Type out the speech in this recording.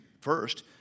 First